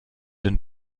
den